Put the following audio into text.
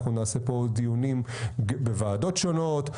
אנחנו נעשה פה דיונים בוועדות שונות,